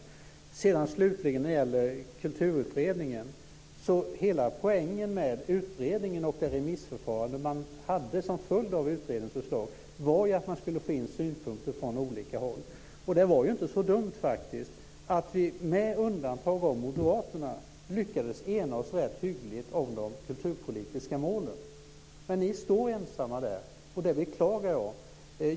När det slutligen gäller Kulturutredningen var hela poängen med utredningen och det remissförfarande som man hade som en följd av utredningens förslag att man skulle få in synpunkter från olika håll. Det var faktiskt inte så dumt att vi, med undantag av moderaterna, lyckades ena oss rätt hyggligt om de kulturpolitiska målen. Ni står ensamma där, och det beklagar jag.